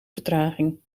vertraging